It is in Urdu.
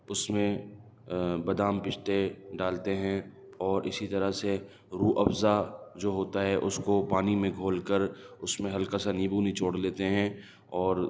اس میں بادام پستےڈالتے ہیں اور اسی طرح سے روح افزا جو ہوتا ہے اس کو پانی میں گھول کر اس میں ہلکا سا نیبو نچوڑ لیتے ہیں اور